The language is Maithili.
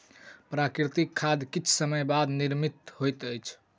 प्राकृतिक खाद किछ समय के बाद निर्मित होइत अछि